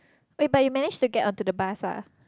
wait but you manage to get onto the bus ah